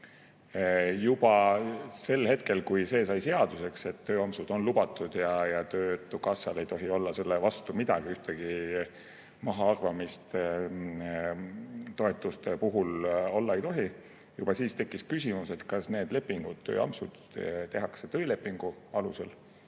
Juba sel hetkel, kui sai seaduseks, et tööampsud on lubatud ja töötukassal ei tohi olla selle vastu midagi, ühtegi mahaarvamist toetuste puhul olla ei tohi, tekkis küsimus, kas need tööampsud tehakse töölepingu alusel